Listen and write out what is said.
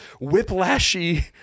whiplashy